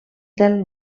del